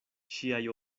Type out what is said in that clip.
ŝiaj